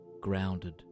grounded